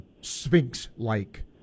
sphinx-like